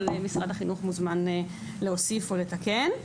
אבל משרד החינוך מוזמן להוסיף או לתקן.